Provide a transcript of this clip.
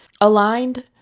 aligned